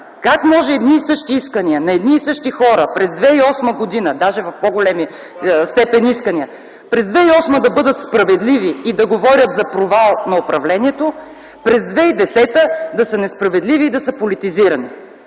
Как може едни и същи искания на едни и същи хора през 2008 г. - даже в по-голяма степен искания, през 2008 г. да бъдат справедливи и да говорят за провал на управлението, а през 2010 г. - да са несправедливи и да са политизирани?